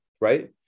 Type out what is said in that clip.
right